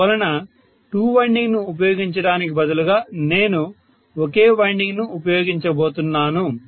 అందువలన 2 వైండింగ్ ను ఉపయోగించటానికి బదులుగా నేను ఒకే వైండింగ్ను ఉపయోగించబోతున్నాను